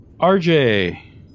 RJ